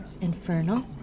infernal